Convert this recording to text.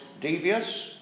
devious